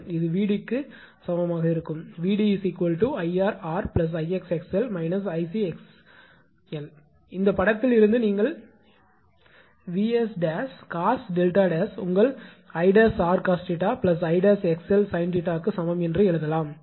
இது VD க்கு சமமாக இருக்கும் VD 𝐼𝑟𝑟 𝐼𝑥𝑥𝑙 − 𝐼𝑐𝑥𝑙 இந்த படத்தில் இருந்து நீங்கள் 𝑉′s cos 𝛿′ உங்கள் 𝐼′𝑟 cos 𝜃 𝐼′𝑥𝑙 sin 𝜃 க்கு சமம் என்று எழுதலாம்